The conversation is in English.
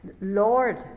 lord